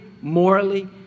morally